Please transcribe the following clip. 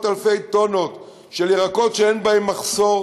אלפי טונות של ירקות שאין בהם מחסור,